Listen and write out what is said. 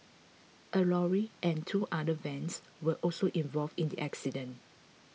a lorry and two other vans were also involved in the accident